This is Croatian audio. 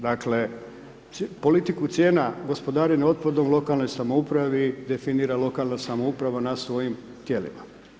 Dakle politiku cijena gospodarenja otpadom u lokalnoj samoupravi definira lokalna samouprava na svojim tijelima.